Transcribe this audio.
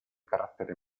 carattere